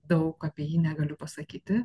daug apie jį negaliu pasakyti